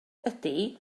ydy